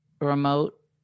Remote